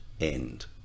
end